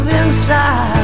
inside